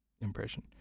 impression